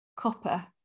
copper